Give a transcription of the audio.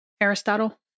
Aristotle